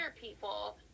people